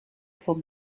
van